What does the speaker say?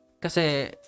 kasi